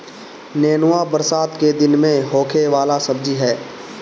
नेनुआ बरसात के दिन में होखे वाला सब्जी हअ